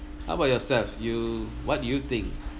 how about yourself you what do you think